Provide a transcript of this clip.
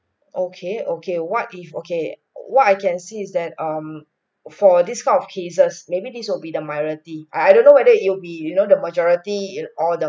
okay okay what if okay what I can see is that um for this kind of cases maybe this will be the minority I I don't know whether it'll be you know the majority in or the